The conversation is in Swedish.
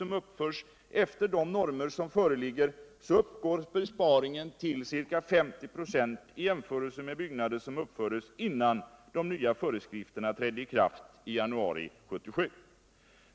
som uppförs efter de normer som föreligger, uppgår besparingen till ca 50 96 1 jämförelse med besparingen i byggnader som uppfördes innan de nya föreskrifterna trädde i kraft i januari 1977.